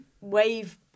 wave